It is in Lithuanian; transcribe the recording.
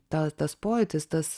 ta tas pojūtis tas